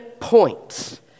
points